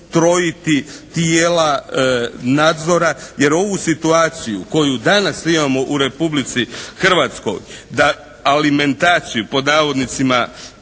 ustrojiti tijela nadzora jer ovu situaciju koju danas imamo u Republici Hrvatskoj da alimentaciju pod navodnicima